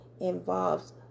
involves